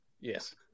Yes